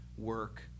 work